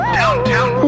downtown